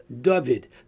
David